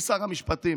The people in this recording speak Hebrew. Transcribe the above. אדוני שר המשפטים,